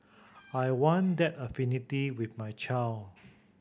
I want that affinity with my child